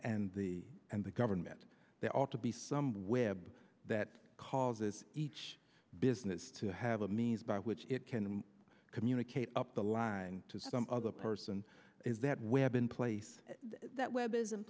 and the and the government there ought to be some web that causes each business to have a means by which it can communicate up the line to some other person is that web in place that web is in